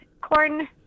corn